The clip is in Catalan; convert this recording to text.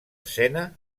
escena